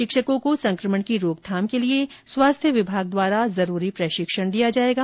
शिक्षकों को संक्रमण की रोकथाम के लिए स्वास्थ्य विभाग द्वारा जरूरी प्रशिक्षण दिया जाएगा